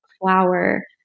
flower